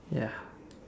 ya